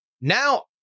Now